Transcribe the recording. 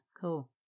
cool